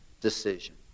decision